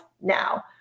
now